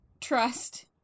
trust